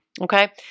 Okay